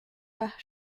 pas